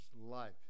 life